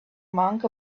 monk